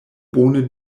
bone